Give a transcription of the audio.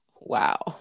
wow